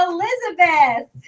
Elizabeth